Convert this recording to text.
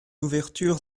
ouverture